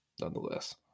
nonetheless